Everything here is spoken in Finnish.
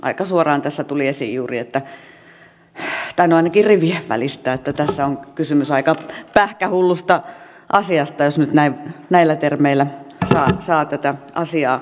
aika suoraan tässä tuli esiin juuri tai no ainakin rivien välistä että tässä on kysymys aika pähkähullusta asiasta jos nyt näillä termeillä saa tätä asiaa kuvata